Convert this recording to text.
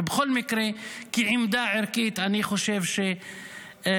ובכל מקרה, כעמדה ערכית, אני חושב שחשוב